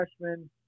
freshman